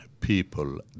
people